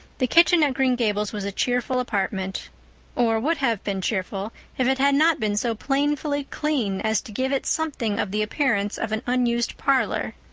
the kitchen at green gables was a cheerful apartment or would have been cheerful if it had not been so painfully clean as to give it something of the appearance of an unused parlor.